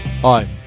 Hi